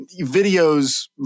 videos